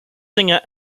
singer